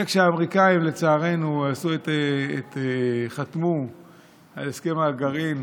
וכשהאמריקאים, לצערנו, חתמו על הסכם הגרעין